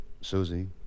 Susie